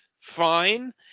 Fine